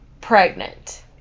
pregnant